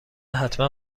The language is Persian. حتما